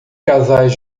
casais